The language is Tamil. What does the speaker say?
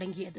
தொடங்கியது